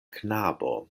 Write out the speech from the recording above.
knabo